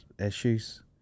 issues